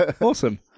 Awesome